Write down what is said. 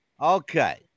Okay